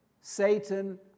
Satan